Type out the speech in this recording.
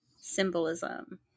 symbolism